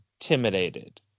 intimidated